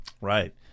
Right